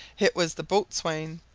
it was the boatswain.